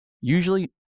usually